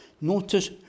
notice